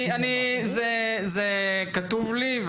זה כתוב לי,